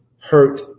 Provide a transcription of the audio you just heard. hurt